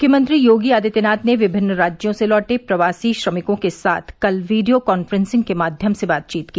मुख्यमंत्री योगी आदित्यनाथ ने विभिन्न राज्यों से लौटे प्रवासी श्रमिकों के साथ कल वीडियो कांफ्रेंसिंग के माध्यम से बातचीत की